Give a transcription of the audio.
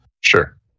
Sure